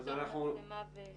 אלה נתונים הכרחיים כדי לנבא בצורה